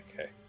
okay